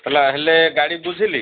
ହେଲା ହେଲେ ଗାଡ଼ି ବୁଝିଲି